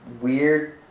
weird